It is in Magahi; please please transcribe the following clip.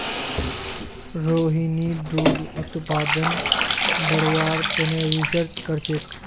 रोहिणी दूध उत्पादन बढ़व्वार तने रिसर्च करछेक